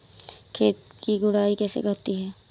खेत की गुड़ाई कैसे होती हैं?